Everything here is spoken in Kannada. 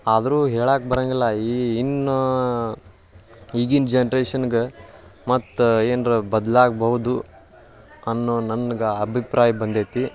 ಆದರೂ ಹೇಳಕ್ಕೆ ಬರೋಂಗಿಲ್ಲ ಈ ಇನ್ನು ಈಗಿನ ಜನ್ರೇಷನ್ಗೆ ಮತ್ತೆ ಏನಾರೂ ಬದಲಾಗ್ಬೌದು ಅನ್ನೋ ನನ್ಗೆ ಅಭಿಪ್ರಾಯ ಬಂದೈತಿ